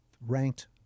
ranked